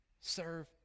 serve